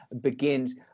begins